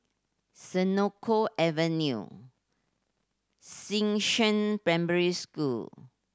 Senoko Avenue Xishan Primary School